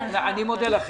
אני מודה לכם.